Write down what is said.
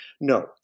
No